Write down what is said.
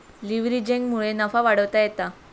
लीव्हरेजिंगमुळे नफा वाढवता येता